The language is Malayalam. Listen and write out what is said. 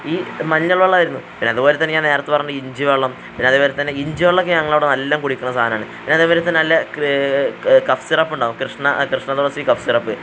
ഈ മഞ്ഞൾ വെള്ളമായിരുന്നു പിന്നെ അതുപോലെത്തന്നെ ഞാൻ നേരത്തെ പറഞ്ഞ ഇഞ്ചിവെള്ളം പിന്നെ അതേപോലെത്തന്നെ ഇഞ്ചിവെള്ളമൊക്കെ ഞങ്ങളെ അവിടെ നല്ല കുടിക്കണ സാധനമാണ് പിന്നെ അതേപോലത്തെ നല്ല കഫ് സിറപ്പുണ്ടാവും കൃഷ്ണ കൃഷ്ണതുളസി കഫ് സിറപ്പ്